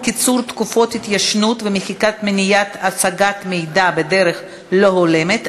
קיצור תקופות התיישנות ומחיקה ומניעת השגת מידע בדרך לא הולמת),